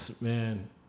man